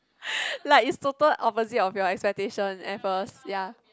like is total opposite of your expectation at first yea